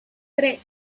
tres